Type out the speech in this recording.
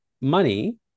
money